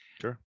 Sure